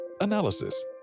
analysis